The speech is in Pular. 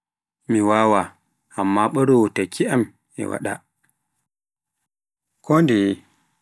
Mi wawaa ammabaroowo takki am e wada kondeyee